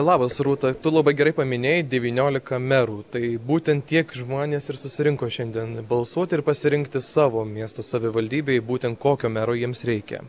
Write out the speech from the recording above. labas rūta tu labai gerai paminėjai devyniolika merų tai būtent tiek žmonės ir susirinko šiandien balsuoti ir pasirinkti savo miesto savivaldybėje būtent kokio mero jiems reikia